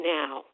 now